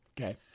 Okay